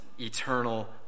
eternal